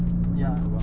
ya